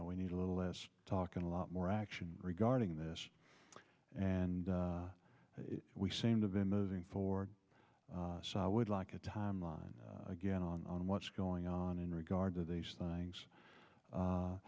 know we need a little less talking a lot more action regarding this and we seem to be moving for i would like a timeline again on what's going on in regard to these things